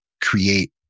create